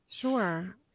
Sure